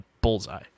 Bullseye